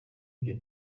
ibyo